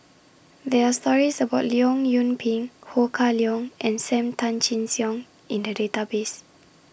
There Are stories about Leong Yoon Pin Ho Kah Leong and SAM Tan Chin Siong in The Database